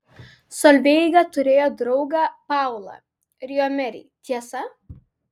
solveiga turėjo draugą paulą riomerį tiesa